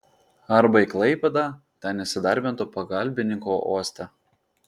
arba į klaipėdą ten įsidarbintų pagalbininku uoste